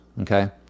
okay